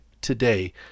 today